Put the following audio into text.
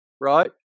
right